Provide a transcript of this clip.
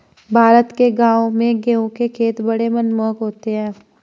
भारत के गांवों में गेहूं के खेत बड़े मनमोहक होते हैं